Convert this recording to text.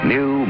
New